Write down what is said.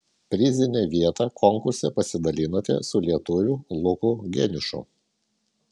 prizinę vietą konkurse pasidalinote su lietuviu luku geniušu